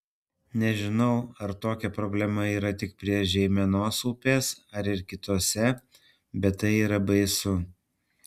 nežinau ar tokia problema yra tik prie žeimenos upės ar ir kitose bet tai yra baisu